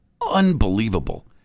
Unbelievable